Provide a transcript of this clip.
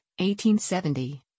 1870